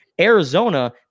Arizona